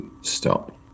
stop